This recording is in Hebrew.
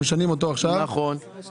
משנים אותו עכשיו ל-22'.